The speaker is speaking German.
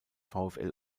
vfl